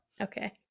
Okay